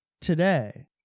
today